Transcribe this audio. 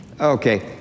Okay